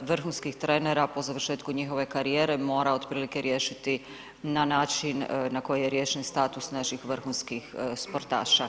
vrhunskih trenera po završetku njihove karijere mora otprilike riješiti na način na koji je riješen status naših vrhunskih sportaša.